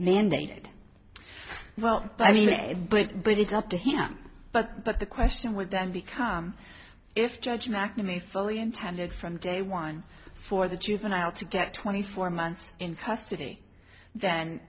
mandated well i mean a bit but it's up to him but but the question with them become if judge mcnamee fully intended from day one for the juvenile to get twenty four months in custody th